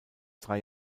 drei